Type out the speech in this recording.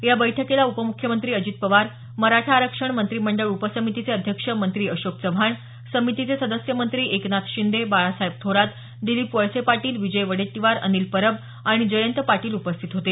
या बैठकीला उपमुख्यमंत्री अजित पवार मराठा आरक्षण मंत्रिमंडळ उपसमितीचे अध्यक्ष मंत्री अशोक चव्हाण समितीचे सदस्य मंत्री एकनाथ शिंदे बाळासाहेब थोरात दिलीप वळसे पाटील विजय वड्डेटीवार अनिल परब आणि जयंत पाटील उपस्थित होते